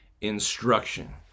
instruction